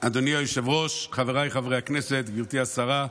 היושב-ראש, חבריי חברי הכנסת, גברתי השרה,